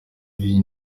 iyi